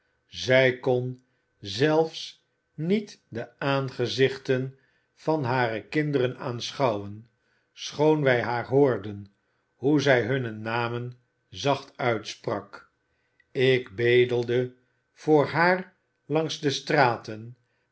zij kon zelfs niet de aangezichten van hare kinderen aanschouwen schoon wij haar hoorden hoe zij hunne namen zacht uitsprak ik bedelde voor haar langs de straten